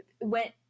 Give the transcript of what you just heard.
went